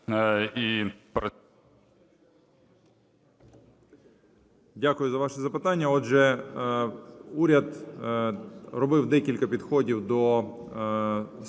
Дякую за ваше запитання. Отже, уряд робив декілька підходів до спроб